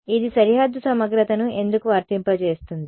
ఇది సరిహద్దు సమగ్రతను ఎందుకు వర్తింపజేస్తుంది